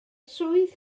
swydd